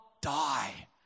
die